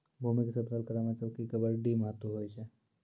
भूमी के समतल करै मे चौकी के बड्डी महत्व हुवै छै